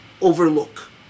overlook